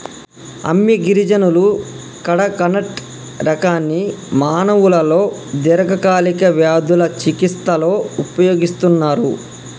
అమ్మి గిరిజనులు కడకనట్ రకాన్ని మానవులలో దీర్ఘకాలిక వ్యాధుల చికిస్తలో ఉపయోగిస్తన్నరు